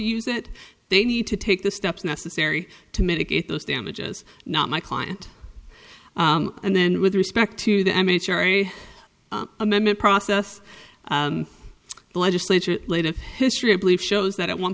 use it they need to take the steps necessary to mitigate those damages not my client and then with respect to the mh ari amendment process the legislature late of history i believe shows that at one